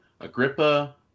Agrippa